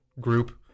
group